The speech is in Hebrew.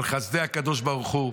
על חסדי הקדוש ברוך הוא,